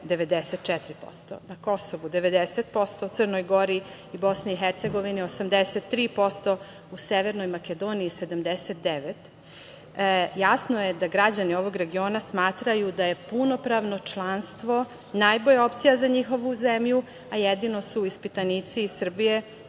94%, na Kosovu 90%, u Crnoj Gori i Bosni i Hercegovini 83%, u Severnoj Makedoniji 79%. Jasno je da građani ovog regiona smatraju da je punopravno članstvo najbolja opcija za njihovu zemlju, a jedino su ispitanici iz Srbije